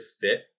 fit